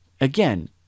again